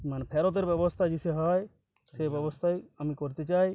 মানে ফেরতের ব্যবস্থা ইসে হয় সেই ব্যবস্থাই আমি করতে চাই